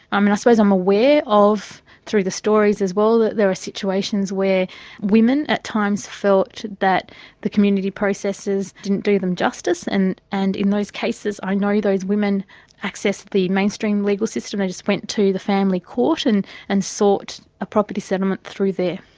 i mean i suppose i'm aware of through the stories as well, that there are situations where women at times felt that the community processes didn't do them justice, and and in those cases i know those women accessed the mainstream legal system they just went to the family court and and sought a property settlement through there.